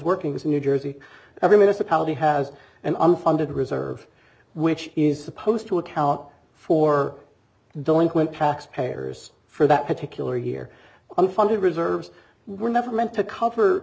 working with new jersey every bit as a quality has an unfunded reserve which is supposed to account for delinquent tax payers for that particular here unfunded reserves were never meant to cover